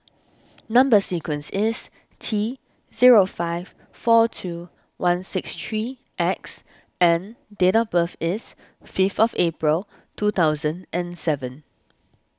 Number Sequence is T zero five four two one six three X and date of birth is fifth of April two thousand and seven